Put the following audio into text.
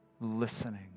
Listening